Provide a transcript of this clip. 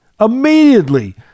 Immediately